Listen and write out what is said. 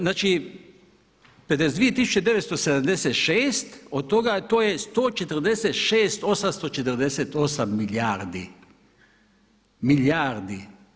Znači 52 tisuće 976, od toga, to je 146,848 milijardi, milijardi.